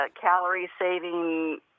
calorie-saving